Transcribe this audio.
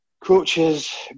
Coaches